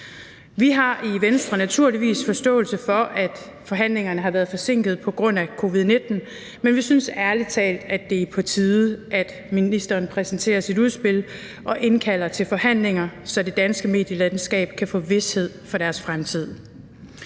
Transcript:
Vi har i Venstre naturligvis forståelse for, at forhandlingerne har været forsinket på grund af covid-19. Men vi synes ærlig talt, det er på tide, at ministeren præsenterer sit udspil og indkalder til forhandlinger, så det danske medielandskab kan få vished for sin fremtid.